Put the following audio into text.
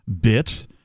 bit